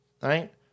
Right